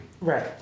right